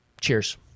cheers